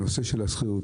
לנושא השכירות.